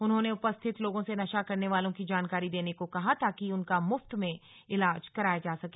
उन्होंने उपस्थित लोगों से नशा करने वालों की जानकारी देने को कहा ताकि उनका मुफ्त में इलाज कराया जा सके